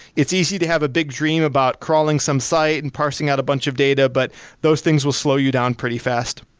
it's easy to have a big dream about crawling some site and parsing out a bunch of data, but those things will slow you down pretty fast.